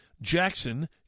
Jackson